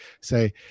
say